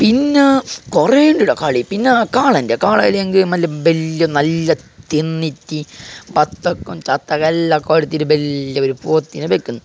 പിന്നെ കുറെ ഉണ്ട് കേട്ടോ കളി പിന്നെ കാളൻ്റെ കാളൻ്റെ മറ്റേ വലിയ നല്ല തിന്നിട്ട് പത്ത് എല്ലാം കൊടുത്തിട്ട് വലിയ ഒരു പോത്തിനെ വെക്കുന്ന്